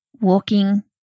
walking